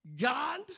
God